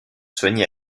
soigné